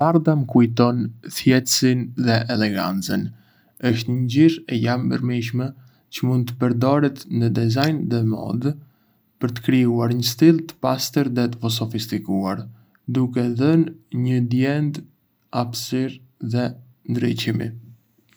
E bardha më kujton thjeshtësinë dhe elegancën. Është një ngjyrë e larmishme çë mund të përdoret në dizajn dhe modë për të krijuar një stil të pastër dhe sofistikuar, duke dhënë një ndjenjë hapesire dhe ndriçimi.